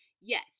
yes